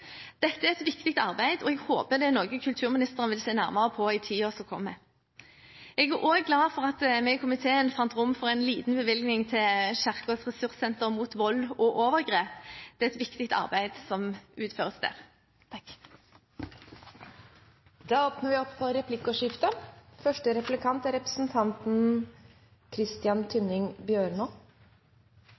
Dette er et viktig arbeid, og jeg håper det er noe kulturministeren vil se nærmere på i tiden som kommer. Jeg er også glad for at vi i komiteen fant rom for en liten bevilgning til Kirkens ressurssenter mot vold og seksuelle overgrep. Det er et viktig arbeid som utføres her. Det blir åpnet for replikkordskifte. Representanten